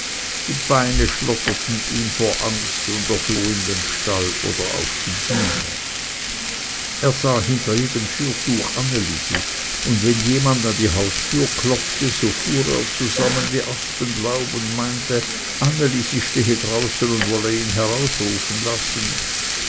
die beine schlotterten ihm vor angst und er floh in den stall oder auf die bühne er sah hinter jedem fürtuch anne lisi und wenn jemand an die haustüre klopfte so fuhr er zusammen wie aspenlaub und meinte anne lisi stehe draußen und wolle ihn herausrufen lassen